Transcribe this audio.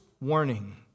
warning